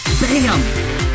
Bam